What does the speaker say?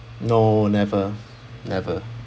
no never never